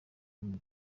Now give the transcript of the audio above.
ubu